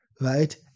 right